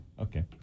Okay